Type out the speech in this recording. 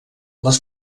les